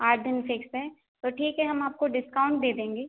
आठ दिन फ़िक्स हैं तो ठीक है हम आपको डिस्काउंट दे देंगे